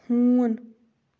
ہوٗن